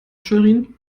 schwerin